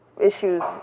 issues